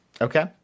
okay